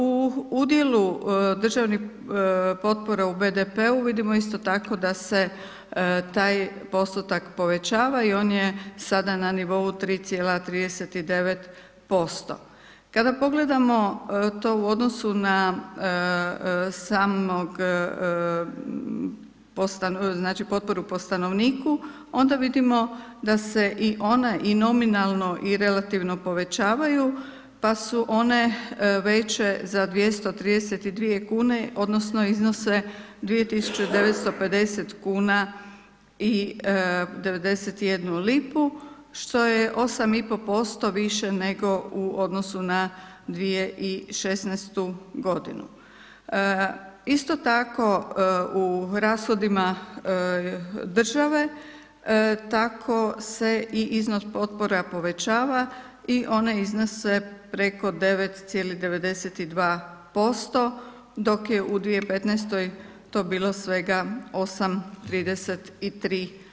U udjelu državnih potpora u BDP-u vidimo isto tako da se taj postotak povećava i on je sada na nivou 3,39% Kada pogledamo to u odnosu na samog, znači, potporu po stanovniku, onda vidimo da se i ona i nominalno i relativno povećavaju, pa su one veće za 232,00 kune odnosno iznose 2.950,91 kuna, što je 8,5% više nego u odnosu na 2016.g. Isto tako u rashodima države, tako se i iznos potpora povećava i one iznose preko 9,92%, dok je u 2015. to bilo svega 8,33%